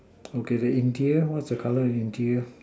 okay the interior what the colour of the interior